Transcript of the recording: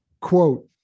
quote